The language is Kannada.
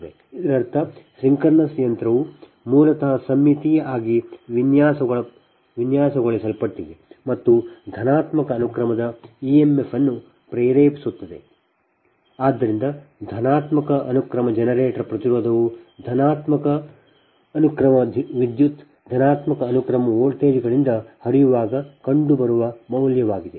ಇದರರ್ಥ ಸಿಂಕ್ರೊನಸ್ ಯಂತ್ರವು ಮೂಲತಃ ಸಮ್ಮಿತೀಯ ಆಗಿ ವಿನ್ಯಾಸಗೊಳಿಸಲ್ಪಟ್ಟಿದೆ ಮತ್ತು ಧನಾತ್ಮಕ ಅನುಕ್ರಮದ emf ಅನ್ನು ಪ್ರೇರೇಪಿಸುತ್ತದೆ ಆದ್ದರಿಂದ ಧನಾತ್ಮಕ ಅನುಕ್ರಮ ಜನರೇಟರ್ ಪ್ರತಿರೋಧವು ಧನಾತ್ಮಕ ಅನುಕ್ರಮ ವಿದ್ಯುತ್ ಧನಾತ್ಮಕ ಅನುಕ್ರಮ ವೋಲ್ಟೇಜ್ಗಳಿಂದ ಹರಿಯುವಾಗ ಕಂಡುಬರುವ ಮೌಲ್ಯವಾಗಿದೆ